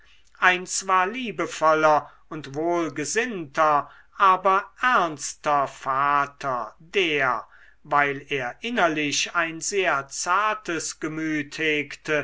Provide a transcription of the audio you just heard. ein zwar liebevoller und wohlgesinnter aber ernster vater der weil er innerlich ein sehr zartes gemüt